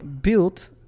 built